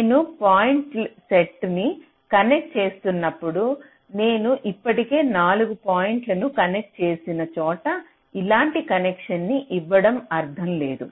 నేను పాయింట్ల సెట్ ని కనెక్ట్ చేస్తున్నప్పుడు నేను ఇప్పటికే 4 పాయింట్లను కనెక్ట్ చేసిన చోట ఇలాంటి కనెక్షన్ని ఇవ్వడంలో అర్థం లేదు